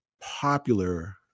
popular